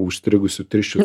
užstrigusių tirščių